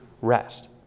rest